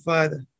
Father